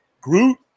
Groot